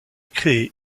créé